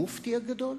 המופתי הגדול?